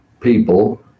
people